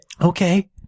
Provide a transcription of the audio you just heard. Okay